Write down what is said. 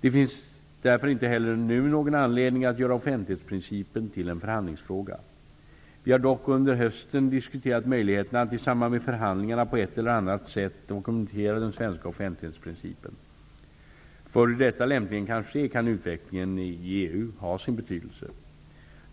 Det finns därför inte heller nu någon anledning att göra offentlighetsprincipen till en förhandlingsfråga. Vi har dock under hösten diskuterat möjligheterna att i samband med förhandlingarna på ett eller annat sätt dokumentera den svenska offentlighetsprincipen. För hur detta lämpligen kan ske kan utvecklingen i EU ha betydelse.